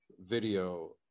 video